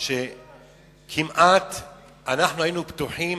אנחנו היינו בטוחים